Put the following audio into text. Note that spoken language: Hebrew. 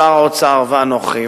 שר האוצר ואנוכי,